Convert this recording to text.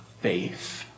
faith